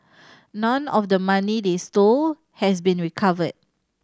none of the money they stole has been recovered